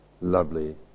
lovely